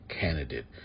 Candidate